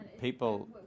people